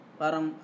parang